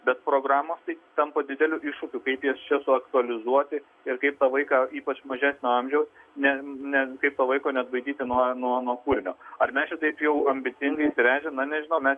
bet programos tai tampa dideliu iššūkiu kaip jas čia suaktualizuoti ir kaip tą vaiką ypač mažesnio amžiaus ne ne kaip to vaiko neatbaidyti nuo nuo kūrinio ar mes čia taip jau ambicingai įsiręžę na nežinau mes